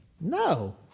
No